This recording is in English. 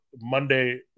Monday